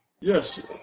Yes